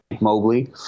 Mobley